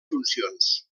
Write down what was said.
funcions